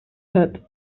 head